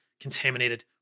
contaminated